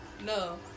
no